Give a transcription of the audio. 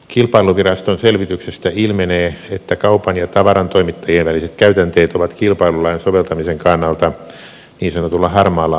kilpailuviraston selvityksestä ilmenee että kaupan ja tavarantoimittajien väliset käytänteet ovat kilpailulain soveltamisen kannalta niin sanotulla harmaalla alueella